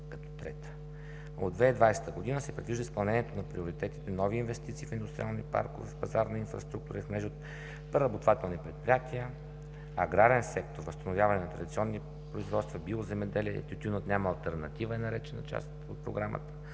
като трета. От 2020 г. се предвижда изпълнението на приоритетите: „Нови инвестиции – в индустриални паркове, в пазарна инфраструктура и в мрежи от преработвателни предприятия; „Аграрен сектор – възстановяване на традиционни производства, биоземеделие, „Тютюнът няма алтернатива“ е наречена част от Програмата.